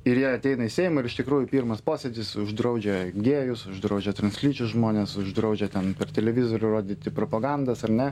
ir jie ateina į seimą ir iš tikrųjų pirmas posėdis uždraudžia gėjus uždraudžia translyčius žmones uždraudžia ten per televizorių rodyti propagandas ar ne